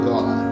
God